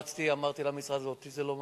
לחצתי, אמרתי למשרד: אותי זה לא מעניין,